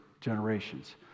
generations